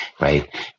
right